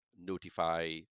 notify